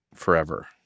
Forever